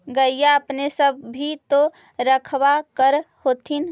गईया अपने सब भी तो रखबा कर होत्थिन?